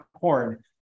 corn